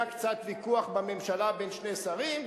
היה קצת ויכוח בממשלה בין שני שרים,